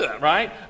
right